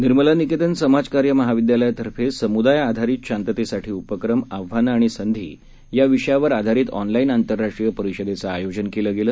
निर्मलानिकेतनसमाजकार्यमहाविद्यालयातर्फेसमुदायआधारितशांततेसाठीउपक्रम आव्हानंआणिसंधीयाविषयावरआधारितऑनलाईनआंतरराष्ट्रीयपरिषदेचंआयोजनकेलंगेलं